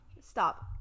Stop